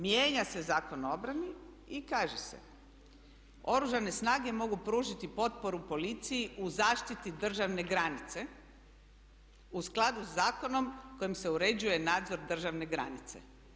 Mijenja se Zakon o obrani i kaže se Oružane snage mogu pružiti potporu policiji u zaštiti državne granice u skladu sa zakonom kojom se uređuje nadzor državne granice.